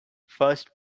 first